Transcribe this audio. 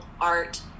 art